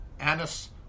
Anus